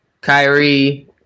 Kyrie